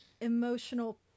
emotional